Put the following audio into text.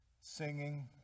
singing